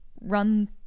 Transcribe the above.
run